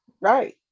Right